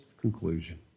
conclusion